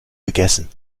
gegessen